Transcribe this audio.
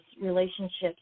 relationships